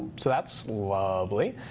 so that's lovely.